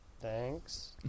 Thanks